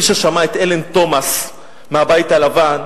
מי ששמע את הלן תומס מהבית הלבן,